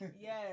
yes